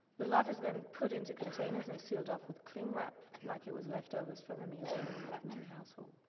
the latter is then put into containers and sealed off with cling wrap, like it was leftovers from a meal in any ordinary household.